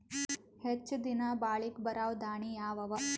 ಹೆಚ್ಚ ದಿನಾ ಬಾಳಿಕೆ ಬರಾವ ದಾಣಿಯಾವ ಅವಾ?